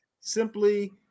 simply